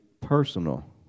personal